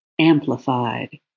amplified